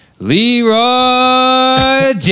Leroy